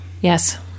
Yes